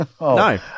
No